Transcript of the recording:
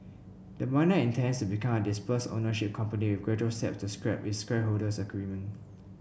the miner intends to become a dispersed ownership company with gradual steps to scrap its shareholders agreement